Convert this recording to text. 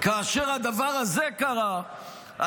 כאשר הדבר הזה קרה,